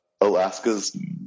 Alaska's